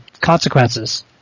consequences